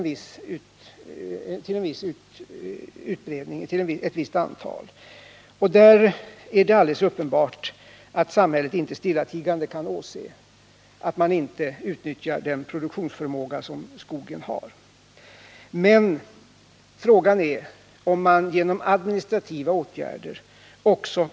Det är alldeles uppenbart att samhället inte stillatigande kan åse att man inte utnyttjar den produktionsförmåga som skogen har. Men frågan är om man, när man vidtar administrativa agärder.